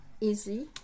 easy